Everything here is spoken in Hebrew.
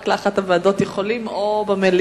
יכולים להעביר רק לאחת הוועדות או למליאה,